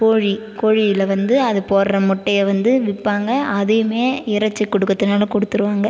கோழி கோழி இதில் வந்து அது போடுகிற முட்டையை வந்து விற்பாங்க அதையுமே இறைச்சிக்கு கொடுக்குறதுனாலும் கொடுத்துடுவாங்க